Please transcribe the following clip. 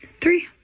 three